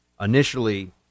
initially